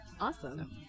Awesome